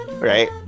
Right